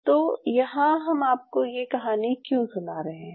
तो यहाँ हम आपको ये कहानी क्यों सुना रहे हैं